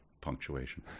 punctuation